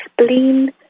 spleen